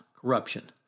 corruption